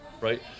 right